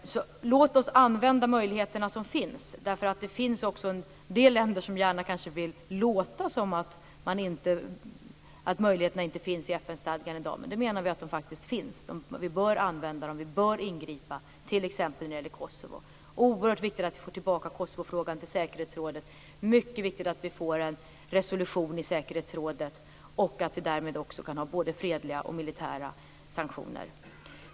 Låt oss använda de möjligheter som finns, därför att det också finns en del länder som gärna kanske vill låta som att möjligheterna inte finns i FN stadgan i dag. Men vi menar att de faktiskt finns. Vi bör använda dem, och vi bör ingripa t.ex. när det gäller Kosovo. Det är oerhört viktigt att vi får tillbaka Kosovofrågan till säkerhetsrådet. Det är mycket viktigt att vi får en resolution i säkerhetsrådet och att vi därmed kan ha både fredliga och militära sanktioner.